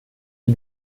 die